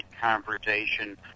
conversation